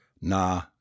Nah